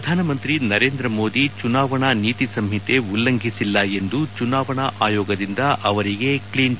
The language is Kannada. ಪ್ರಧಾನಮಂತ್ರಿ ನರೇಂದ್ರ ಮೋದಿ ಚುನಾವಣಾ ನೀತಿ ಸಂಹಿತೆ ಉಲ್ಲಂಘಿಸಿಲ್ಲ ಎಂದು ಚುನಾವಣಾ ಆಯೋಗದಿಂದ ಅವರಿಗೆ ಕ್ಷೀನ್ ಚಿಟ್